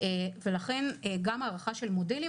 ולכן גם הערכה של מודלים,